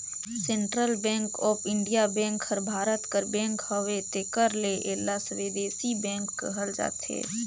central bank of India bank हर भारत कर bank हवे तेकर ले एला स्वदेसी बेंक कहल जाथे